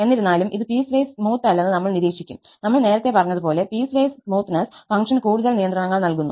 എന്നിരുന്നാലും ഇത് piecewise smooth അല്ലന്ന് നമ്മൾ നിരീക്ഷിക്കും നമ്മൾ നേരത്തെ പറഞ്ഞതുപോലെ പീസ്വൈസ് സ്മൂത്തനെസ്സ് ഫംഗ്ഷന് കൂടുതൽ നിയന്ത്രണങ്ങൾ നൽകുന്നു